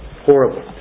Horrible